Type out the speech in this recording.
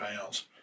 pounds